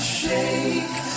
shake